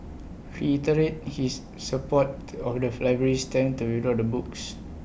he reiterated his support of the library's stand to withdraw the books